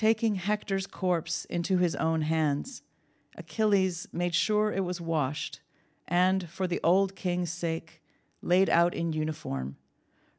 taking hector's corpse into his own hands achille's made sure it was washed and for the old king sake laid out in uniform